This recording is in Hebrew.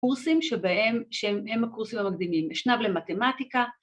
‫קורסים שבהם... שהם, הם הקורסים המקדימים: ‫אשנב למתמטיקה,